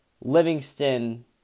Livingston